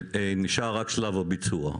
נשאר רק שלב הביצוע.